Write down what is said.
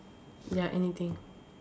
ya anything